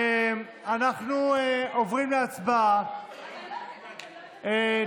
אנחנו עוברים להצבעה,